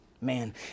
Man